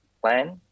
plan